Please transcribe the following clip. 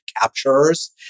capturers